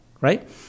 right